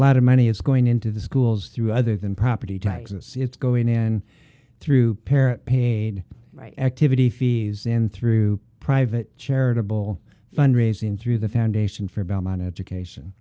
lot of money is going into the schools through other than property taxes it's going in through parent paid activity fees and through private charitable fund raising through the foundation for bauman education